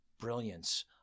brilliance